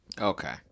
Okay